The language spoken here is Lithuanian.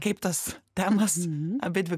kaip tas temas abidvi